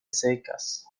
secas